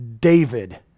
David